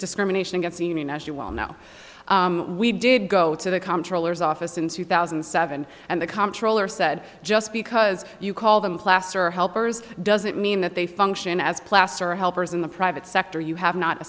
discrimination against the union as you well know we did go to the comptroller's office in two thousand and seven and the comptroller said just because you call them class or helpers doesn't mean that they function as placer helpers in the private sector you have not